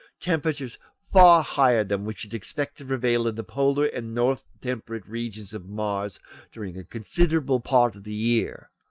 temperatures far higher than we should expect to prevail in the polar and north temperate regions of mars during a considerable part of the year,